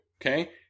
okay